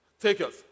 Takers